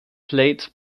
played